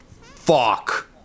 Fuck